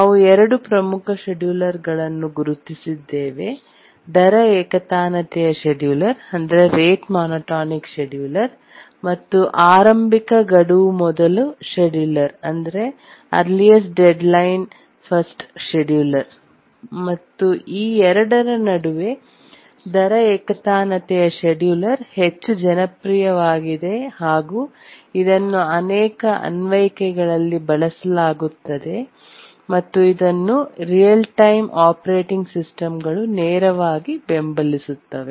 ನಾವು ಎರಡು ಪ್ರಮುಖ ಶೆಡ್ಯೂಲರ್ಗಳನ್ನು ಗುರುತಿಸಿದ್ದೇವೆ ದರ ಏಕತಾನತೆಯ ಶೆಡ್ಯೂಲರ್ ರೇಟ್ ಮೊನೊಟೊನಿಕ್ ಶೆಡ್ಯೂಲರ್ ಮತ್ತು ಆರಂಭಿಕ ಗಡುವು ಮೊದಲ scheduler earliest deadline first scheduler ಮತ್ತು ಈ ಎರಡರ ನಡುವೆ ದರ ಏಕತಾನತೆಯ ಶೆಡ್ಯೂಲರ್ ಹೆಚ್ಚು ಜನಪ್ರಿಯವಾಗಿದೆ ಹಾಗು ಇದನ್ನು ಅನೇಕ ಅನ್ವಯಿಕೆಗಳಲ್ಲಿ ಬಳಸಲಾಗುತ್ತದೆ ಮತ್ತು ಇದನ್ನು ರಿಯಲ್ ಟೈಮ್ ಆಪರೇಟಿಂಗ್ ಸಿಸ್ಟಂಗಳು ನೇರವಾಗಿ ಬೆಂಬಲಿಸುತ್ತವೆ